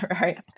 right